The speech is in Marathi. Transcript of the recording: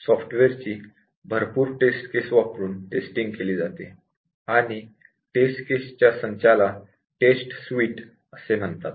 सॉफ्टवेअरची भरपूर टेस्ट केसेस एक्झिक्युट करून टेस्टिंग केली जाते आणि टेस्ट केसेस च्या संचाला टेस्ट सुइट असे म्हणतात